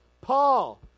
Paul